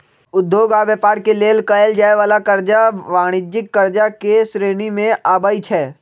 उद्योग आऽ व्यापार के लेल कएल जाय वला करजा वाणिज्यिक करजा के श्रेणी में आबइ छै